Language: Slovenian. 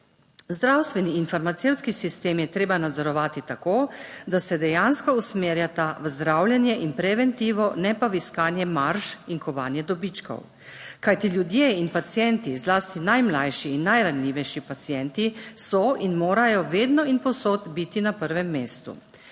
Zdravstveni in farmacevtski sistem je treba nadzorovati tako, da se dejansko usmerjata v zdravljenje in preventivo, ne pa v iskanje marž in kovanje dobičkov. Kajti ljudje in pacienti, zlasti najmlajši in najranljivejši pacienti so in morajo vedno in povsod biti na prvem mestu.